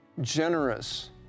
generous